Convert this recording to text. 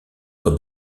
cow